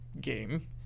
game